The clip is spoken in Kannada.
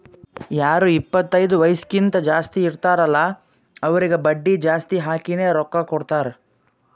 ಯಾರು ಇಪ್ಪತೈದು ವಯಸ್ಸ್ಕಿಂತಾ ಜಾಸ್ತಿ ಇರ್ತಾರ್ ಅಲ್ಲಾ ಅವ್ರಿಗ ಬಡ್ಡಿ ಜಾಸ್ತಿ ಹಾಕಿನೇ ರೊಕ್ಕಾ ಕೊಡ್ತಾರ್